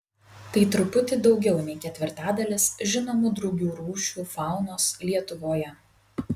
tai truputį daugiau nei ketvirtadalis žinomų drugių rūšių faunos lietuvoje